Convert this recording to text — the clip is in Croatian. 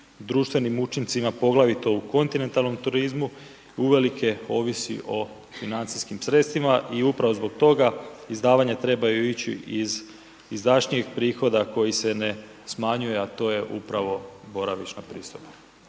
društvenim učincima poglavito u kontinentalnom turizmu, uvelike ovisi o financijskim sredstvima i upravo zbog toga, izdavanja trebaju ići iz izdašnijih prihoda koji se ne smanjuje a to je upravo boravišna pristojba.